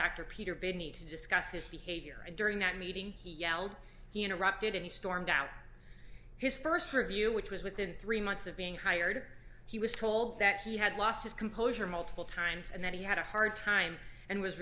dr peter binney to discuss his behavior and during that meeting he yelled he interrupted and he stormed out his first review which was within three months of being hired he was told that he had lost his composure multiple times and that he had a hard time and was